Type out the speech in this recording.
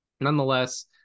nonetheless